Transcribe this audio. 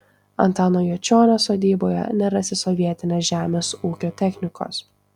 antano juočionio sodyboje nerasi sovietinės žemės ūkio technikos